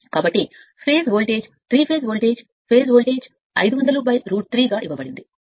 కాబట్టి phase voltage 3 phase voltage phase voltage 500 root 3 గా ఇవ్వబడింది